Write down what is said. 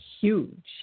huge